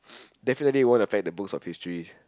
ppl definitely won't affect the books of histories